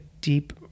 deep